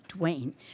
Dwayne